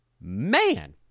man